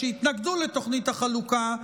שהתנגדו לתוכנית החלוקה,